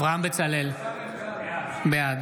בצלאל, בעד